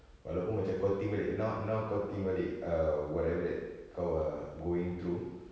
walaupun macam kau think balik now now kau think balik err whatever that kau err going through